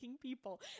people